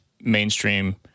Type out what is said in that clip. mainstream